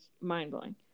mind-blowing